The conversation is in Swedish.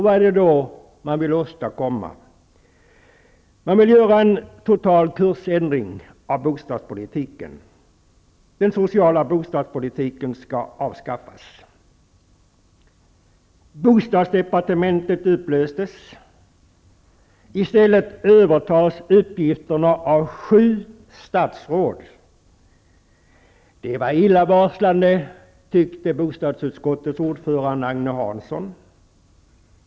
Vad är det då man vill åstadkomma? Man vill göra en total kursändring i bostadspolitiken. Den sociala bostadspolitiken skall avskaffas. Bostadsdepartementet upplöses. I stället övertas uppgifterna av sju statsråd. Det var illavarslande, tyckte bostadsutskottets ordförande Agne Hansson.